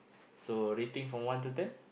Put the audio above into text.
so rating from one to ten